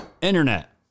internet